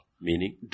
Meaning